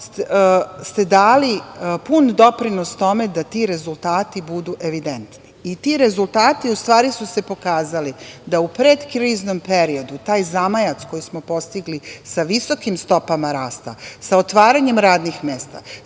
ste dali pun doprinos tome da ti rezultati budu evidentni. Ti rezultati su se u stvari pokazali da u pred kriznom periodu, taj zamajac koji smo postigli sa visokim stopama rasta, sa otvaranjem radnih mesta,